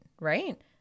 right